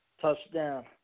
touchdown